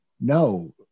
no